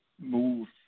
move